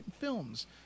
films